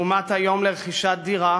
לעומת היום, לרכישת דירה?